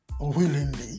willingly